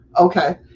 Okay